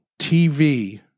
TV